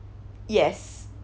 yes